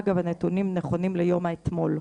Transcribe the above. אגב, הנתונים נכונים ליום האתמול,